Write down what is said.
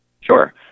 Sure